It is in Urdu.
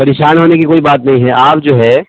پریشان ہونے کی کوئی بات نہیں ہے آپ جو ہے